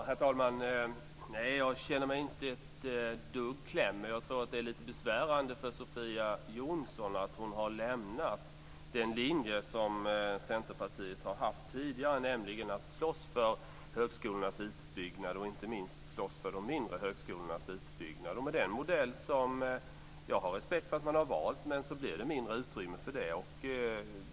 Herr talman! Nej, jag känner mig inte ett dugg klämd. Men jag tror att det är lite besvärande för Sofia Jonsson att hon har lämnat den linje som Centerpartiet har haft tidigare, nämligen att slåss för högskolornas utbyggnad, inte minst för de mindre högskolornas utbyggnad. Med den modellen, som jag har respekt för att man har valt, blir det mindre utrymme för det.